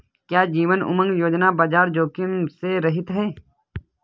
क्या जीवन उमंग योजना बाजार जोखिम से रहित है?